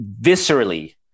viscerally